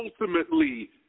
ultimately